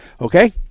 Okay